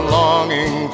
longing